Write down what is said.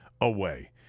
away